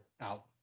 out